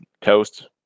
Toast